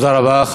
תודה רבה.